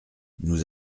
nous